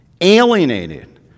alienated